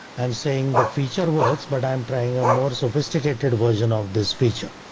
i'm saying the feature works, but i'm trying a more sophisticated version of this feature.